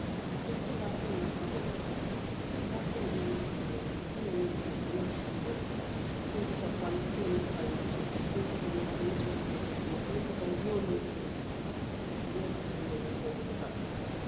A sotota daafeŋolu la karoo la le, daafeŋolu doolu bi jee to niŋ i ye ñoŋ je, i ka ñoŋ sunbu le miŋ keta fali kee niŋ fali musoo ti miŋ keta ninsi musoo niŋ ninsi kee ti, miŋ keta wuloo niŋ wuloo ti, i ka ñoŋ sunbu noo le, niŋ i ye ñoŋ kanu.